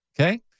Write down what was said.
okay